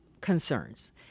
concerns